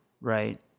Right